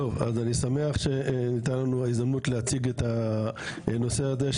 טוב אז אני שמח שניתנה לנו ההזדמנות להציג את הנושא הזה,